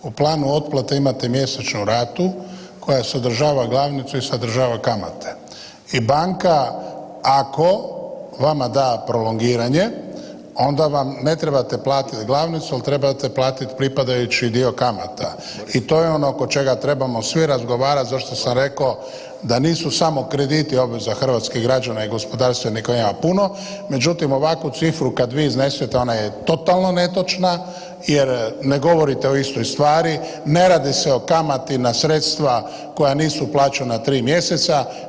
U planu otplate imate mjesečnu ratu koja sadržava ratu i sadržava kamate i banka ako vama da prolongiranje onda vam ne trebate platiti glavnicu, ali trebate platiti pripadajući dio kamata i to je ono oko čega trebamo svi razgovarati zašto sam reko da nisu samo krediti obveza hrvatskih građana i gospodarstvenika kojih ima punom, međutim ovakvu cifru kad vi iznesete ona je totalno netočna jer ne govorite o istoj stvari, ne radi se o kamati na sredstva koja nisu plaćena 3 mjeseca.